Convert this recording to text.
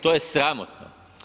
To je sramotno.